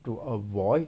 to avoid